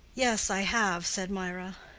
yes, i have, said mirah.